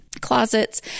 closets